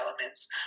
elements